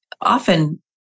often